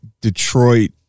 Detroit